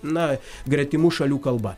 na gretimų šalių kalba